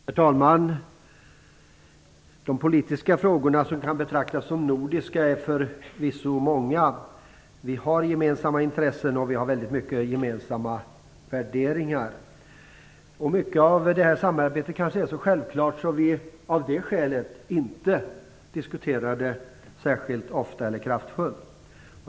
Herr talman! De politiska frågor som kan betraktas som nordiska är förvisso många. Vi har gemensamma intressen och många gemensamma värderingar. Mycket av detta samarbete är så självklart att vi av det skälet inte diskuterar det särskilt ofta eller kraftfullt.